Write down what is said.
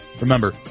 Remember